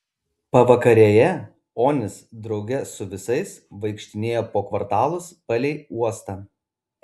pavakarėje onis drauge su visais vaikštinėjo po kvartalus palei uostą